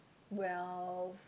wealth